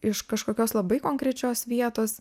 iš kažkokios labai konkrečios vietos